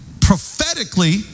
prophetically